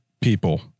people